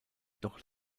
doch